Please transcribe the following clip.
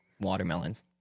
Watermelons